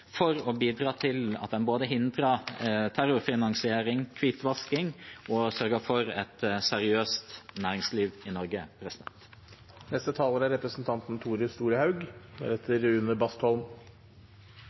for å bidra til at en både hindrer terrorfinansiering og hvitvasking og sørger for et seriøst næringsliv i Norge. Saksordføraren starta innlegget sitt med å takke komiteen. Trass i litt utskiftingar i komiteen og reiseverksemd er